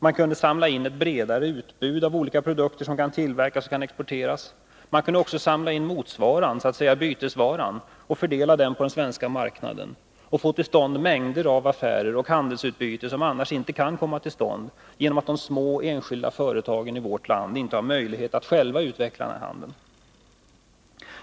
Man kunde samla in ett bredare utbud av olika produkter som kan tillverkas och exporteras. Man kan också samla in och fördela ”bytesvarorna” på den svenska marknaden, för att få till stånd mängder av affärer och handelsutbyte som annars inte kan komma till stånd, genom att de små enskilda företagen i vårt land inte själva har möjlighet att utveckla denna handel.